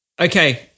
Okay